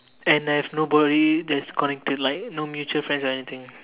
and I have nobody that is connected like no mutual friends or anything